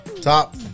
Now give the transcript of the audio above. Top